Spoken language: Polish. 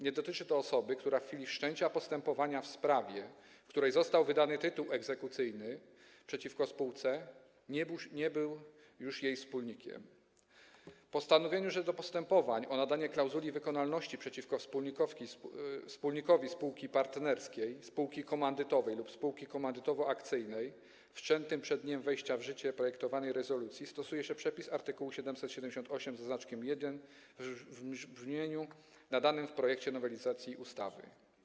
Nie dotyczy to osoby, która w chwili wszczęcia postępowania w sprawie, w której został wydany tytuł egzekucyjny przeciwko spółce, nie była już jej wspólnikiem, po drugie, na postanowieniu, że do postępowań o nadanie klauzuli wykonalności przeciwko wspólnikowi spółki partnerskiej, spółki komandytowej lub spółki komandytowo-akcyjnej wszczętych przed dniem wejścia w życie projektowanej regulacji stosuje się przepis art. 778 w brzmieniu nadanym w projekcie nowelizacji ustawy.